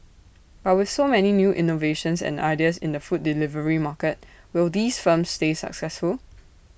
but with so many new innovations and ideas in the food delivery market will these firms stay successful